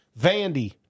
vandy